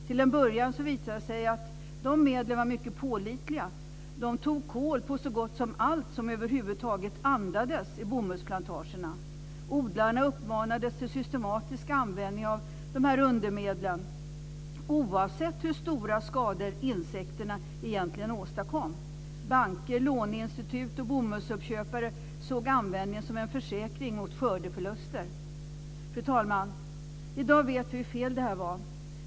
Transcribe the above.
Till en början visade det sig att de medlen var mycket pålitliga. De tog kol på så gott som allt som över huvud taget andades i bomullsplantagen. Odlarna uppmanades till systematisk användning av dessa undermedel, oavsett hur stora skador insekterna egentligen åstadkom. Banker, låneinstitut och bomullsuppköpare såg användningen som en försäkring mot skördeförluster. Fru talman! I dag vet vi hur fel detta var.